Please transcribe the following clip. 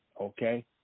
Okay